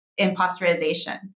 imposterization